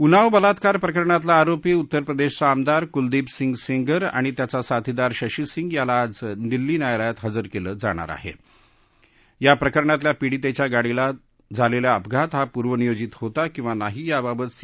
उन्नाव बलात्कार प्रकरणातला आरोपी उत्तर प्रदधीचा आमदार कुलदीप सिंग सेंगर आणि त्याचा साथीदार शशी सिंग याला आज दिल्ली न्यायालयात हजर कलि जाणार आह दिरम्यान या प्रकरणातल्या पिडीतच्या गाडीला झालख्खा अपघात हा पूर्वनियोजित होता किंवा नाही यावावत सी